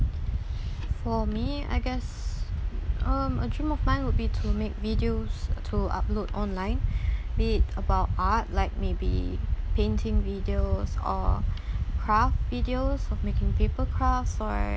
for me I guess um a dream of mine would be to make videos to upload online be it about art like maybe painting videos or craft videos of making paper crafts or